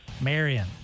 Marion